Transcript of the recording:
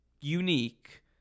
unique